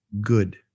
good